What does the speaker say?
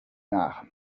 nach